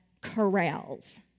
corrals